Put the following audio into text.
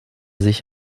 sich